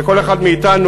וכל אחד מאתנו,